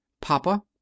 Papa